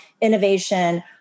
innovation